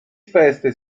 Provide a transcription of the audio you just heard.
feste